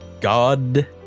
god